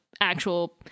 actual